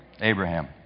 Abraham